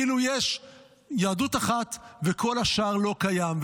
כאילו יש יהדות אחת וכל השאר לא קיים.